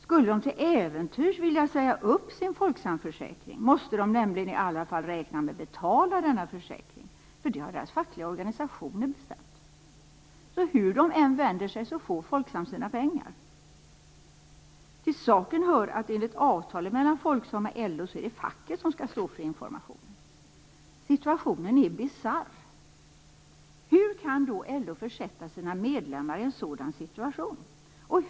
Om de till äventyrs skulle vilja säga upp sin Folksamförsäkring måste de nämligen i alla fall räkna med att betala denna försäkring, eftersom deras fackliga organisationer har bestämt det. Så hur de än vänder sig får Folksam sina pengar. Till saken hör att det enligt avtalet mellan Folksam och LO är facket som skall stå för informationen. Situationen är bisarr. Hur kan då LO försätta sina medlemmar i en sådan situation?